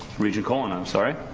regent cohen, i'm sorry.